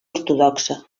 ortodoxa